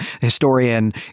historian